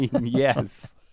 Yes